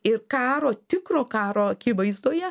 ir karo tikro karo akivaizdoje